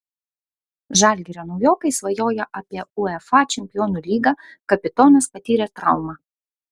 žalgirio naujokai svajoja apie uefa čempionų lygą kapitonas patyrė traumą